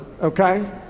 okay